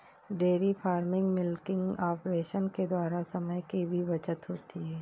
dairy farming milking operation के द्वारा समय की भी बचत होती है